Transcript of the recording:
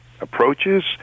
approaches